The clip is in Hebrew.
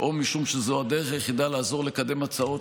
או משום שזו הדרך היחידה לעזור לקדם הצעות